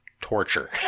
torture